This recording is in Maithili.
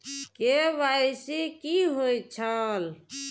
के.वाई.सी कि होई छल?